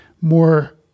more